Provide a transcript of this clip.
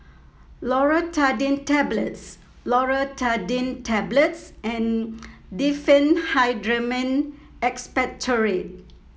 Loratadine Tablets Loratadine Tablets and Diphenhydramine Expectorant